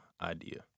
idea